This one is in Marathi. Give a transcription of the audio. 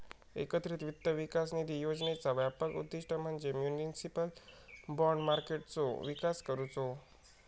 एकत्रित वित्त विकास निधी योजनेचा व्यापक उद्दिष्ट म्हणजे म्युनिसिपल बाँड मार्केटचो विकास करुचो